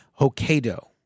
Hokkaido